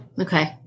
Okay